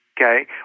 Okay